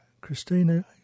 Christina